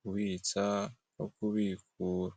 kubitsa no kubikura.